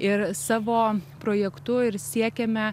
ir savo projektu ir siekiame